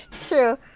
True